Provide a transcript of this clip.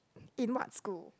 in what school